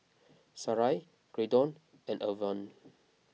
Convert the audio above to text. Sarai Graydon and Irven